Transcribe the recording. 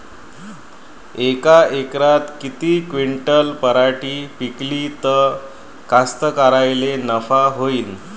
यका एकरात किती क्विंटल पराटी पिकली त कास्तकाराइले नफा होईन?